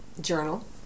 journal